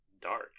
dark